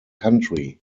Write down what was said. country